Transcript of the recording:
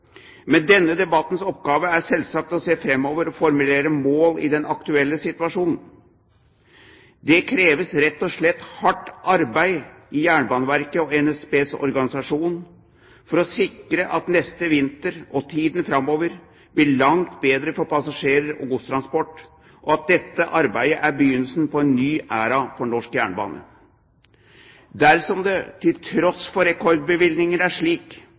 denne debattens oppgave er selvsagt å se framover og formulere mål i den aktuelle situasjonen. Det kreves rett og slett hardt arbeid i Jernbaneverket og NSBs organisasjon for å sikre at neste vinter og tiden framover blir langt bedre for passasjerer og godstransport, og at dette arbeidet er begynnelsen på en ny æra for norsk jernbane. Dersom det til tross for rekordbevilgninger er slik